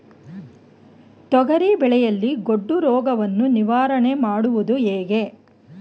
ತೊಗರಿ ಬೆಳೆಯಲ್ಲಿ ಗೊಡ್ಡು ರೋಗವನ್ನು ನಿವಾರಣೆ ಮಾಡುವುದು ಹೇಗೆ?